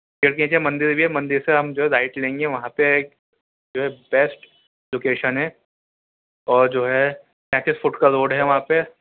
پیڑ کے نیچے مندر بھی ہے مندر سے ہم جو ہے رائٹ لیں گے وہاں پہ ایک جو ہے بیسٹ لوکیشن ہے اور جو ہے پینتیس فٹ کا روڈ ہے وہاں پہ